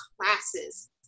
classes